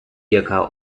яка